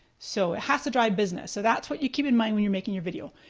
so it has to drive business. so that's what you keep in mind when you're making your video.